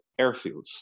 airfields